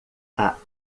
apple